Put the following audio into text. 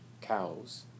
cows